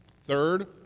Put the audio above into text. Third